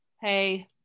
Hey